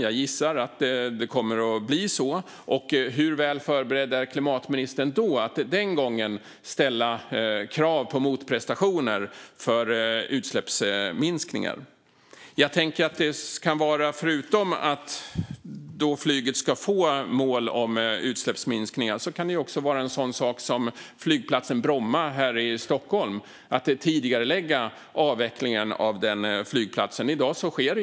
Jag gissar att det kommer att bli så. Hur väl förberedd är klimatministern då att den gången ställa krav på motprestationer för utsläppsminskningen? Jag tänker att förutom att flyget ska få mål om utsläppsminskningar kan det också vara en sådan sak som att tidigarelägga avvecklingen av flygplatsen Bromma här i Stockholm.